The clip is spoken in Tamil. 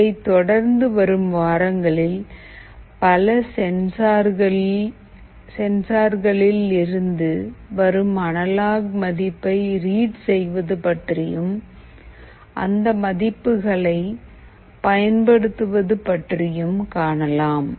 இதை தொடர்ந்து வரும் வாரங்களில் பல சென்சார் களிலிருந்து வரும் அனலாக் மதிப்பை ரீட் செய்வது பற்றியும் அந்த மதிப்புகளை பயன்படுத்துவது பற்றியும் காணலாம்